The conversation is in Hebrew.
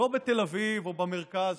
לא בתל אביב או במרכז,